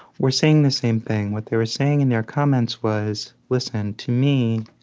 were saying the same thing what they were saying in their comments was, listen, to me,